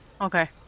Okay